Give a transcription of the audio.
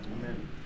Amen